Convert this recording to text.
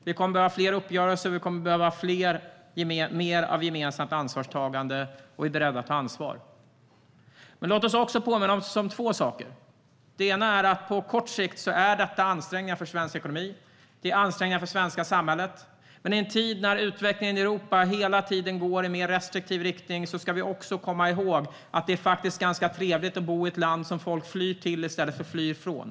Vi kommer att behöva fler uppgörelser och mer gemensamt ansvarstagande, och vi är beredda att ta ansvar. Låt oss påminna oss om två saker. Det ena är att på kort sikt är detta ansträngande för svensk ekonomi och det svenska samhället, men i en tid när utvecklingen i Europa hela tiden går i mer restriktiv riktning ska vi komma ihåg att det faktiskt är ganska trevligt att bo i ett land som folk flyr till i stället för flyr från.